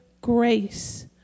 grace